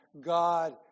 God